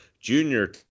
junior